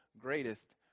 greatest